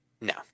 No